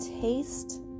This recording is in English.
Taste